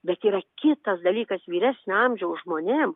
bet yra kitas dalykas vyresnio amžiaus žmonėm